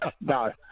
no